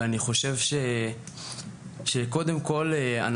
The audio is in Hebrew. קודם כול,